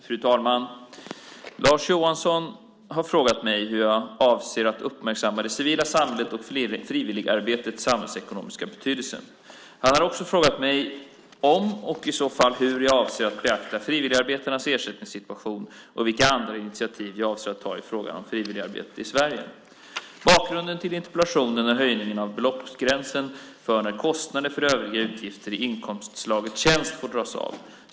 Fru talman! Lars Johansson har frågat mig hur jag avser att uppmärksamma det civila samhällets och frivilligarbetets samhällsekonomiska betydelse. Han har också frågat mig om och i så fall hur jag avser att beakta frivilligarbetarnas ersättningssituation och vilka andra initiativ jag avser att ta i fråga om frivilligarbetet i Sverige. Bakgrunden till interpellationen är höjningen av beloppsgränsen för när kostnader för övriga utgifter i inkomstslaget tjänst får dras av.